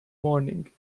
morning